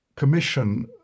commission